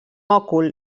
òcul